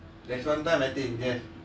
there's one time I think that